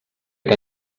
que